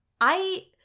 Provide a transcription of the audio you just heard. I-